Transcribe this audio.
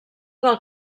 del